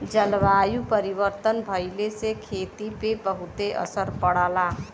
जलवायु परिवर्तन भइले से खेती पे बहुते असर पड़ला